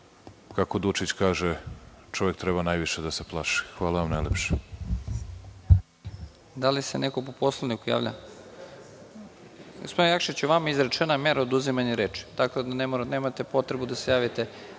kako Dučić kaže, čovek treba najviše da se plaši. Hvala vam najlepše.